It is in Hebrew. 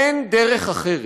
אין דרך אחרת.